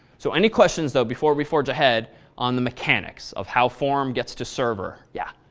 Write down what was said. so any questions, though, before we forge ahead on the mechanics of how form gets to server? yeah.